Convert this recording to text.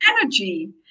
energy